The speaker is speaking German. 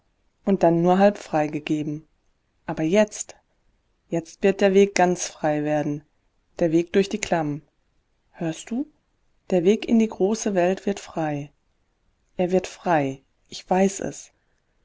und dann nur halb freigegeben aber jetzt jetzt wird der weg ganz frei werden der weg durch die klamm hörst du der weg in die große welt wird frei er wird frei ich weiß es